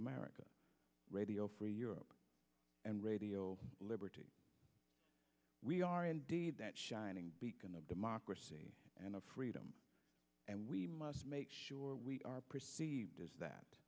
america radio free europe and radio liberty we are indeed that shining beacon of democracy and freedom and we must make sure we are perceived does that